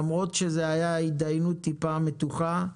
למרות שזאת הייתה התדיינות מעט מתוחה,